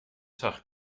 tag